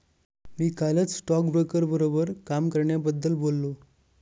मी कालच स्टॉकब्रोकर बरोबर काम करण्याबद्दल बोललो